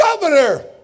governor